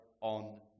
on